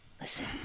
listen